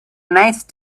nice